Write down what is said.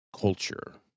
culture